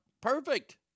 Perfect